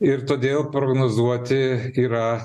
ir todėl prognozuoti yra